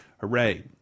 Hooray